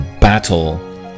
battle